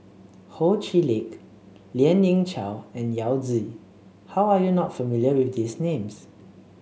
Ho Chee Lick Lien Ying Chow and Yao Zi how are you not familiar with these names